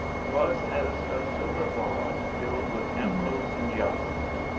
was as a silver vase filled with emeralds and jacinths.